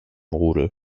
rudel